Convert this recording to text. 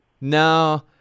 No